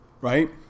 Right